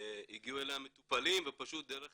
שהגיעו אליה מטופלים ופשוט דרך